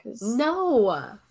No